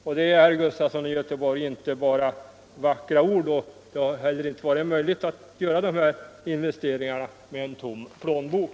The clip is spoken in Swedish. Det är, herr Gustafson i Göteborg, inte bara vackra ord, och det har heller inte varit möjligt att göra dessa investeringar med en tom plånbok.